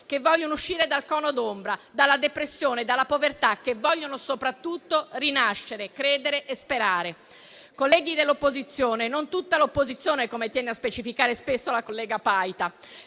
che vogliono uscire dal cono d'ombra, dalla depressione, dalla povertà; che vogliono soprattutto rinascere, credere e sperare. Onorevoli colleghi dell'opposizione - non tutta l'opposizione, come tiene a specificare spesso la collega Paita